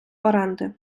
оренди